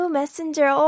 messenger